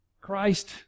Christ